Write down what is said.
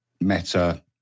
meta